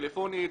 טלפונית,